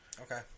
Okay